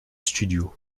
studio